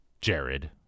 Jared